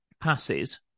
passes